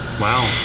Wow